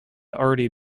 already